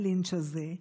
הלינץ' הזה,